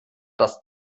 dass